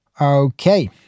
okay